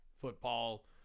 football